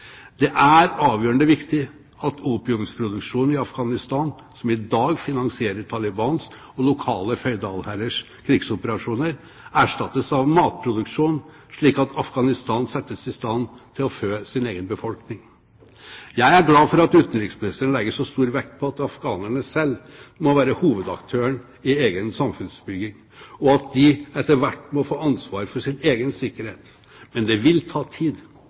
Det er avgjørende viktig at opiumsproduksjonen i Afghanistan, som i dag finansierer Talibans og lokale føydalherrers krigsoperasjoner, erstattes av matproduksjon, slik at Afghanistan settes i stand til å fø sin egen befolkning. Jeg er glad for at utenriksministeren legger så stor vekt på at afghanerne selv må være hovedaktøren i egen samfunnsbygging, og at de etter hvert må få ansvar for sin egen sikkerhet. Men det vil ta tid.